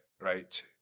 right